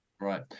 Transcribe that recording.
Right